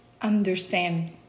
understand